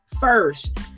first